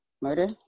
murder